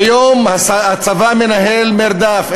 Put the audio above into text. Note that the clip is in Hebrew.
כיום הצבא מנהל מרדף,